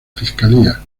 fiscalía